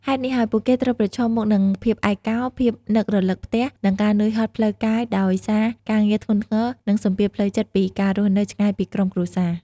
ហេតុនេះហើយ ពួកគេត្រូវប្រឈមមុខនឹងភាពឯកកោ ភាពនឹករលឹកផ្ទះ និងការនឿយហត់ផ្លូវកាយដោយសារការងារធ្ងន់ធ្ងរ និងសម្ពាធផ្លូវចិត្តពីការរស់នៅឆ្ងាយពីក្រុមគ្រួសារ។